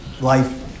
life